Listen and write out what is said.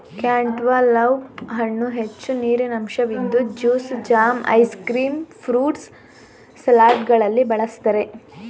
cantaloupe ಹಣ್ಣು ಹೆಚ್ಚು ನೀರಿನಂಶವಿದ್ದು juice, jam, ice cream, fruit ಸಲಾಡ್ಗಳಲ್ಲಿ ಬಳ್ಸತ್ತರೆ